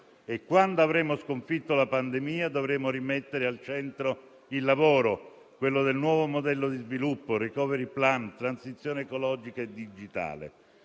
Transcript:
E, quando l'avremo sconfitta, dovremo rimettere al centro il lavoro (quello del nuovo modello di sviluppo), *recovery plan*, transizione ecologica e digitale.